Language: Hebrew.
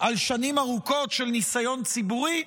על שנים ארוכות של ניסיון ציבורי,